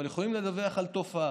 אבל יכולים לדווח על תופעה,